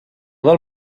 del